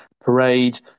parade